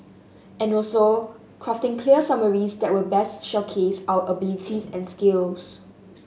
and also crafting clear summaries that will best showcase our abilities and skills